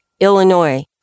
Illinois